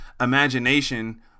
imagination